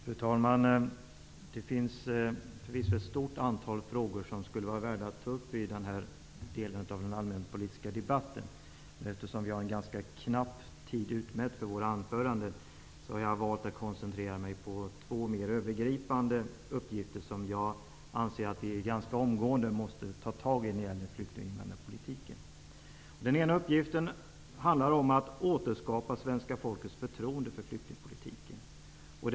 Fru talman! Det finns förvisso ett stort antal frågor som skulle vara värda att ta upp i den här delen av den allmänpolitiska debatten, men eftersom det är en knapp tid utmätt för våra anföranden har jag valt att koncentrera mig på två mer övergripande uppgifter, som jag anser att vi omgående måste ta tag i när det gäller flykting och invandrarpolitiken. Den ena uppgiften är att återskapa svenska folkets förtroende för flyktingpolitiken.